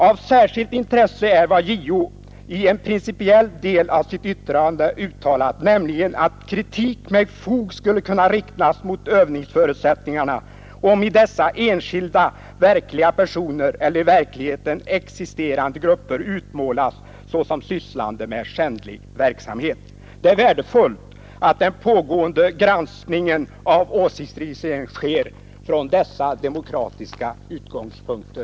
Av särskilt intresse är vad JO i en principiell del av sitt yttrande uttalat, nämligen att kritik med fog skulle kunna riktas mot övningsförutsättningarna om i dessa enskilda verkliga personer eller i verkligheten existerande grupper utmålats såsom sysslande med skändlig verksamhet. Så var emellertid inte fallet. Det är värdefullt att den pågående granskningen av åsiktsregistreringen sker från dessa JO:s demokratiska utgångspunkter.